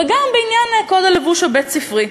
וגם בעניין קוד הלבוש הבית-ספרי.